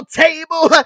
table